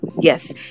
yes